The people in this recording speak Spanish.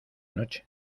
noche